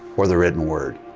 or the written word.